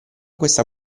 questa